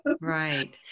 Right